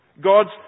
God's